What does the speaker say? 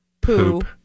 poop